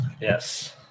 Yes